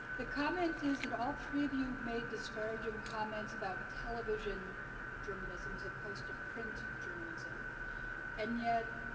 the comment is that all three of you made disparaging comments about television journalism as opposed to print journalism and, yet,